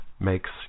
makes